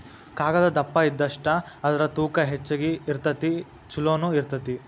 ಕಾಗದಾ ದಪ್ಪ ಇದ್ದಷ್ಟ ಅದರ ತೂಕಾ ಹೆಚಗಿ ಇರತತಿ ಚುಲೊನು ಇರತತಿ